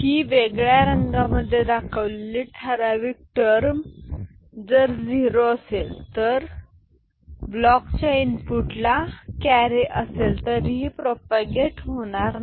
ही वेगळ्या रंगांमध्ये दाखवलेली ठराविक टर्म जर झिरो असेल तर ब्लॉकच्या इनपुट ला कॅरी असेल तरीही प्रोपागेट होणार नाही